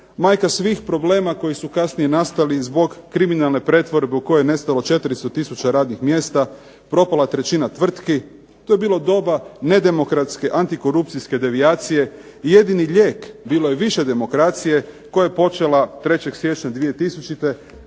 majka svih problema koji su kasnije nastali zbog kriminalne pretvorbe u kojoj je nestalo 400 tisuća radnih mjesta, propala je trećina tvrtki. To je bilo doba nedemokratske antikorupcijske devijacije i jedini lijek bilo je više demokracije koja je počela 3. siječnja 2000.